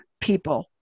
people